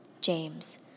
James